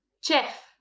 Chef